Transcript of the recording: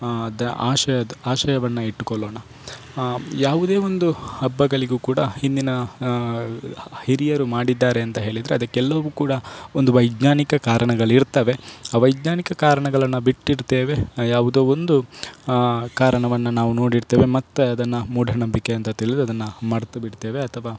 ಅದು ಆಶಯದ ಆಶಯವನ್ನು ಇಟ್ಟುಕೊಳ್ಳೋಣ ಯಾವುದೇ ಒಂದು ಹಬ್ಬಗಳಿಗು ಕೂಡ ಹಿಂದಿನ ಹಿರಿಯರು ಮಾಡಿದ್ದಾರೆ ಅಂತ ಹೇಳಿದರೆ ಅದಕ್ಕೆಲ್ಲವು ಕೂಡ ಒಂದು ವೈಜ್ಞಾನಿಕ ಕಾರಣಗಳಿರ್ತವೆ ಆ ವೈಜ್ಞಾನಿಕ ಕಾರಣಗಳನ್ನು ಬಿಟ್ಟಿರ್ತೇವೆ ಯಾವುದೋ ಒಂದು ಕಾರಣವನ್ನು ನಾವು ನೋಡಿರ್ತೇವೆ ಮತ್ತು ಅದನ್ನು ಮೂಢನಂಬಿಕೆ ಅಂತ ತಿಳಿದು ಅದನ್ನು ಮರೆತು ಬಿಡ್ತೇವೆ ಅಥವಾ